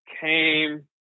came